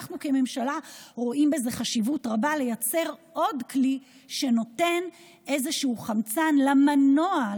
אנחנו כממשלה רואים חשיבות רבה בלייצר עוד כלי שנותן איזשהו חמצן למנוע,